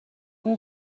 اون